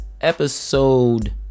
episode